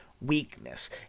weakness